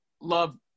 Love